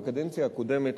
בקדנציה הקודמת,